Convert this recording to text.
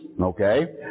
okay